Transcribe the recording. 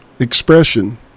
expression